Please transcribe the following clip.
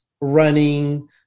running